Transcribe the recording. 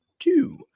two